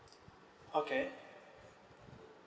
okay